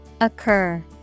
occur